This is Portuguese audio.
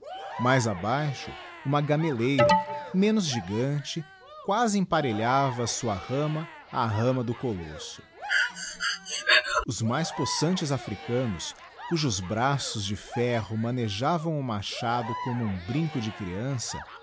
mais abaixo uma gamelieira menos gigante quasi emparelhava a sua rama á rama do colosso os mais possantes africanos cujos braços de ferro manejavam o machado como um brinco de creança